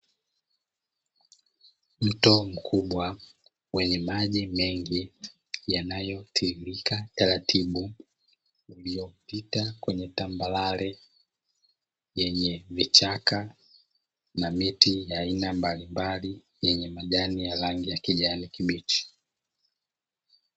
Mto mkubwa wenye maji mengi yanayotiririka taratibu uliopita kwenye tambarare ynye vichaka, na miti ya aina mbalimbali yenye majani ya rangi ya kijani kibichi.